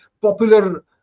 popular